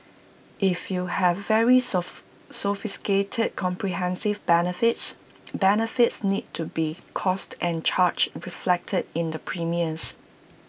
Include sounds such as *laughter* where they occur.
if you have very *noise* sophisticated comprehensive benefits benefits need to be costed and charged reflected in the premiums